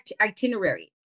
itinerary